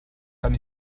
kann